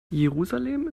jerusalem